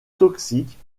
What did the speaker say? toxiques